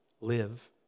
live